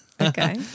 Okay